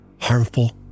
harmful